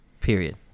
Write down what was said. Period